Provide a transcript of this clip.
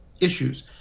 issues